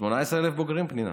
18,000 בוגרים, פנינה?